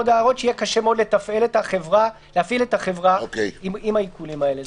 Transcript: הערות שיהיה קשה מאוד להפעיל את החברה עם העיקולים האלה.